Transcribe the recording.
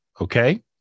Okay